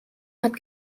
hat